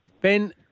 Ben